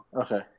Okay